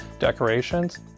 decorations